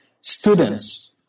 Students